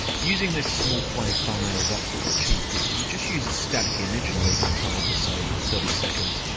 using this small playing thumbnail is absolutely key because if you just use a static image and leave it playing for say thirty seconds,